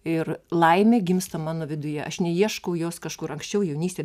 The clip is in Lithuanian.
ir laimė gimsta mano viduje aš neieškau jos kažkur anksčiau jaunystėj